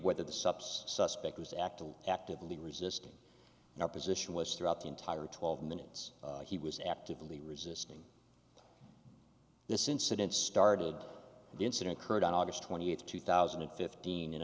whether the sups suspect was actively actively resisting in our position was throughout the entire twelve minutes he was actively resisting this incident started the incident occurred on august twenty eighth two thousand and fifteen and